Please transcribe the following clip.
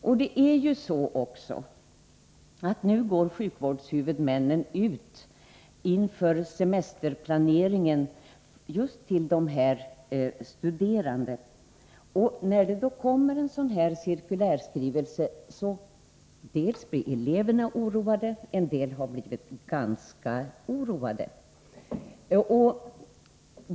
I samband med semesterplaneringen går nu sjukvårdshuvudmännen ut till just dessa studerande. När det då kommer en sådan här cirkulärskrivelse, blir eleverna oroade — en del har blivit mycket oroade.